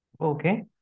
Okay